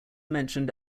mentioned